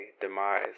demise